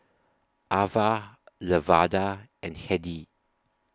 Avah Lavada and Hedy